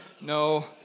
no